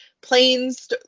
planes